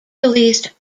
released